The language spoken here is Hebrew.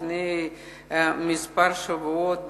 לפני כמה שבועות,